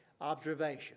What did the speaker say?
observation